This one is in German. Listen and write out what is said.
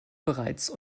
bereits